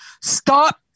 stop